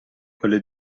quelle